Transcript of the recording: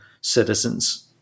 citizens